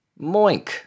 Moink